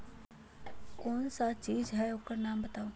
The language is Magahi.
कौन सा चीज है ओकर नाम बताऊ?